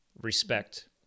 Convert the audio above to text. respect